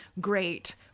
great